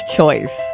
Choice